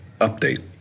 update